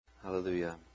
Hallelujah